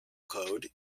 code